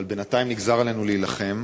אבל בינתיים נגזר עלינו להילחם.